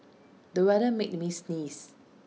the weather made me sneeze